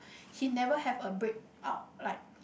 he never have a breakout like